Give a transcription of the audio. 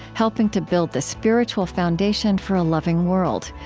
helping to build the spiritual foundation for a loving world.